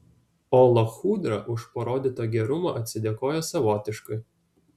o lachudra už parodytą gerumą atsidėkojo savotiškai